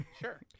sure